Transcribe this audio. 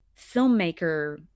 filmmaker